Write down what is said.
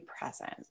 present